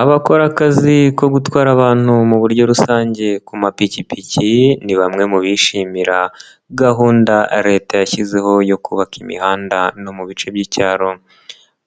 Abakora akazi ko gutwara abantu mu buryo rusange ku mapikipiki, ni bamwe mu bishimira gahunda Leta yashyizeho yo kubaka imihanda no mu bice by'icyaro,